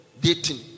dating